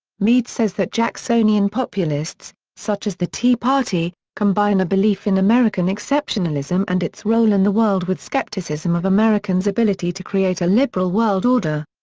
mead says that jacksonian populists, such as the tea party, combine a belief in american exceptionalism and its role in the world with skepticism of american's ability to create a liberal world order.